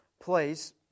place